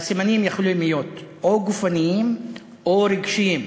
והסימנים יכולים להיות או גופניים או רגשיים.